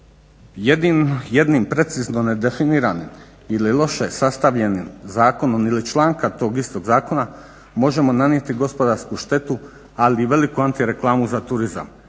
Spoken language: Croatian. Jednim precizno nedefiniranim ili loše sastavljenim zakonom ili člankom tog istog zakona možemo nanijeti gospodarsku štetu ali i veliku antireklamu za turizam.